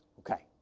okay.